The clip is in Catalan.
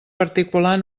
particular